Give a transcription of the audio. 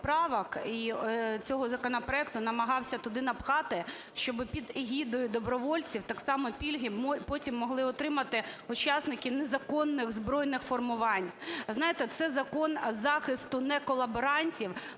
цього законопроекту намагався туди напхати, щоб під егідою добровольців так само пільги потім могли отримати учасники незаконних збройних формувань. Знаєте, це закон захисту не колаборантів,